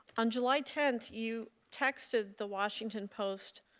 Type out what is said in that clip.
on july tenth, you texted the washington post,